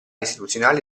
istituzionali